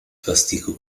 plastiku